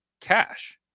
cash